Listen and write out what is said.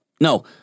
No